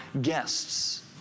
guests